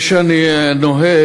כפי שאני נוהג,